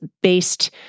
based